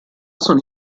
sono